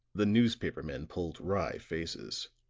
the newspaper men pulled wry faces.